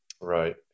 Right